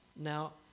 Now